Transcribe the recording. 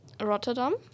Rotterdam